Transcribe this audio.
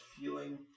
feeling